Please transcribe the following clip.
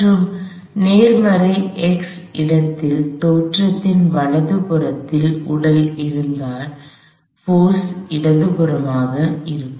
மற்றும் நேர்மறை x இடத்தில் தோற்றத்தின் வலதுபுறத்தில் உடல் இருந்தால் போர்ஸ் இடதுபுறமாக இருக்கும்